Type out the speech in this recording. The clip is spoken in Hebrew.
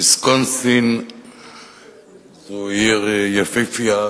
ויסקונסין זו עיר יפהפייה